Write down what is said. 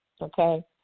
okay